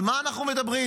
על מה אנחנו מדברים?